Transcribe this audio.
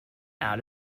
out